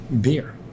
beer